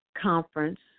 conference